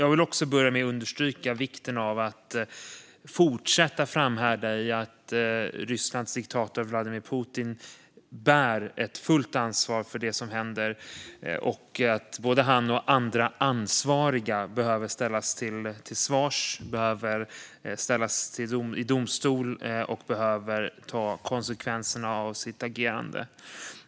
Låt mig understryka vikten av att fortsätta framhärda i att Rysslands diktator Vladimir Putin bär ett fullt ansvar för det som händer och att både han och andra ansvariga behöver ställas till svars i domstol och ta konsekvenserna av sitt agerande.